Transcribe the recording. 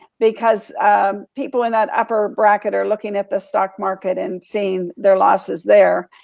because people in that upper bracket, are looking at the stock market, and seeing their losses there.